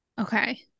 okay